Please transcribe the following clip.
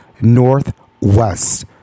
Northwest